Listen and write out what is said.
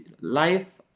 life